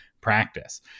practice